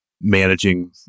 managing